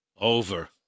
over